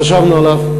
חשבנו עליו.